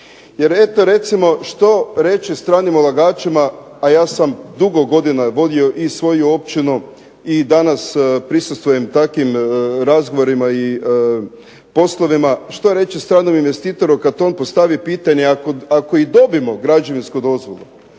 Jer eto recimo što reći stranim ulagačima, a ja sam dugo godina vodio i svoju općinu i danas prisustvujem takvim razgovorima i poslovima, što reći stranom investitoru kad on postavi pitanje, ako i dobimo građevinsku dozvolu,